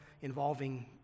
involving